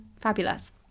Fabulous